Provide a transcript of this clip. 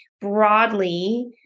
broadly